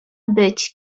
być